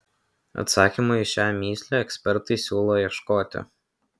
atsakymo į šią mįslę ekspertai siūlo ieškoti